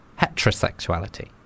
heterosexuality